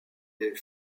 est